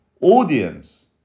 audience